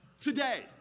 today